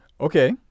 okay